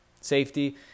safety